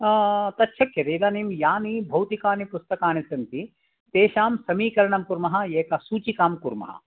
तत् शक्यते इदानीं यानि भौतिकानि पुस्तकानि सन्ति तेषां समीकरणं कुर्मः एका सूचिकाम् कुर्मः